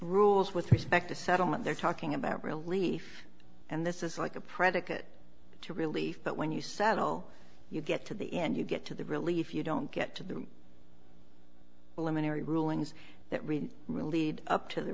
rules with respect to settlement they're talking about relief and this is like a predicate to relief but when you settle you get to the end you get to the relief you don't get to the elementary rulings that really relieved up to the